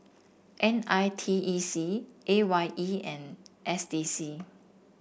N I T E C A Y E and S D C